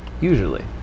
Usually